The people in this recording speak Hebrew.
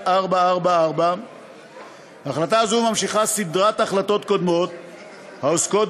2444. החלטה זו ממשיכה סדרת החלטות קודמות העוסקות,